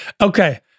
Okay